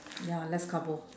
ya less carbo